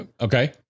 Okay